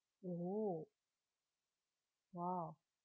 oh !wow!